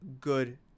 good